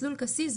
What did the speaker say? מסלול קסיז,